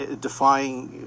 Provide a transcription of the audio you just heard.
defying